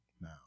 now